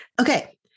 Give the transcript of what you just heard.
Okay